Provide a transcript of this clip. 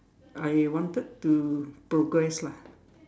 I wanted to progress lah